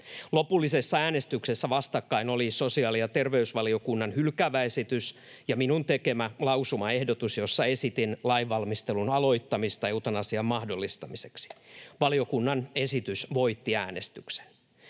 Lopullisessa äänestyksessä vastakkain olivat sosiaali- ja terveysvaliokunnan hylkäävä esitys ja minun tekemäni lausumaehdotus, jossa esitin lainvalmistelun aloittamista eutanasian mahdollistamiseksi. Valiokunnan esitys voitti äänestyksen.